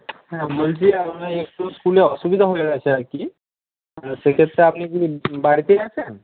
হ্যাঁ বলছি আপনি একটু স্কুলে অসুবিধা হয়ে গেছে আর কি সেক্ষেত্রে আপনি বাড়িতেই আছেন